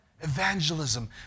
evangelism